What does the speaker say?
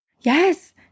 Yes